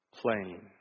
plain